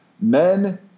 men